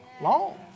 Long